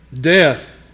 Death